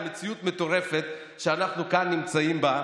על מציאות מטורפת שאנחנו כאן נמצאים בה,